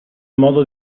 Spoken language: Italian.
modo